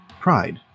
pride